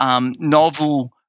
novel